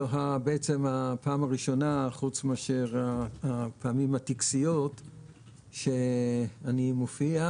חוץ מאשר הפעמים הטקסיות שאני מופיע,